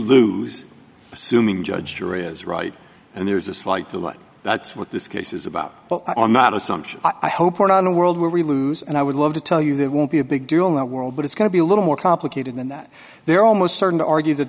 lose assuming judge jury is right and there's a slight delay that's what this case is about well i'm not assumption i hope we're not in a world where we lose and i would love to tell you that won't be a big deal not world but it's going to be a little more complicated than that they're almost certain to argue that